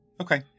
Okay